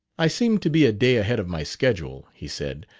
i seem to be a day ahead of my schedule, he said,